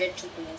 people